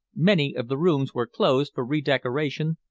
many of the rooms were closed for re-decoration,